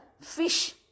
fish